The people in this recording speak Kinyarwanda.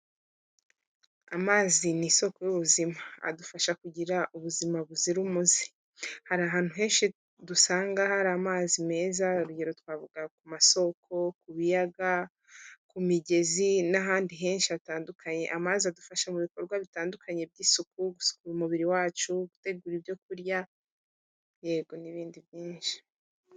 Amazi ni isoko y'ubuzima adufasha kugira ubuzima buzira umuze, hari ahantu henshi dusanga hari amazi meza, urugero twavuga ku masoko, ku biyaga, ku migezi n'ahandi henshi hatandukanye, amazi adufasha mu bikorwa bitandukanye by'isuku, gusukura umubiri wacu, gutegura ibyo kurya yego n'ibindi byinshi.